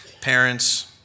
Parents